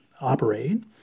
operate